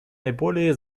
наиболее